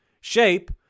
shape